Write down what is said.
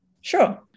Sure